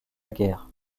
guerre